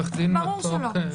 ברור שלא.